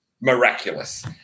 Miraculous